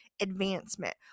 advancement